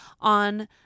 on